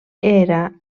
era